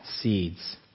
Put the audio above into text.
seeds